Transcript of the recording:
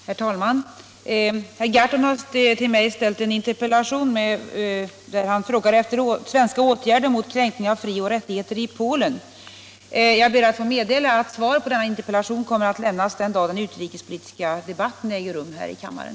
Herr talman! Herr Gahrton har till mig ställt en interpellation, där han efterlyser svenska åtgärder mot kränkning av frioch rättigheter i Polen. Jag ber att få meddela att svar på denna interpellation kommer att lämnas den dag då den utrikespolitiska debatten äger rum här i kammaren.